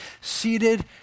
seated